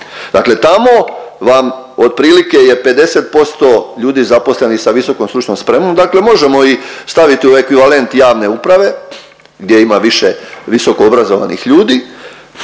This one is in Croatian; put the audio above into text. Dakle tamo vam otprilike je 50% ljudi zaposlenih sa visokom stručnom spremom, dakle možemo i staviti u ekvivalent javne uprave, gdje ima više visokoobrazovanih ljudi,